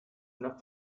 una